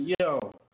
yo